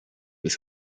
his